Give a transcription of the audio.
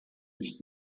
ist